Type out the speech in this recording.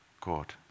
God